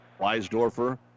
Weisdorfer